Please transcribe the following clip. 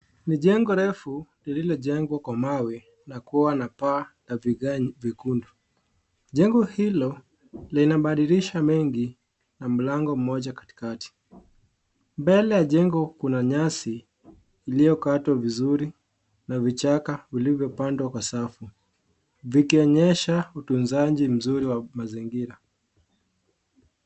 Ni jengo refu liliojengwa kwa mawe na kuwa na paa ya vigae nyekundu, jengo lina madirisha mengi na mlango moja katikati, mbele ya jengo kuna nyasi iliyokatwa vizuri na vichaka vilivyopandwa kwa safu vikionyesha utunzaji nzuri wa mazingira.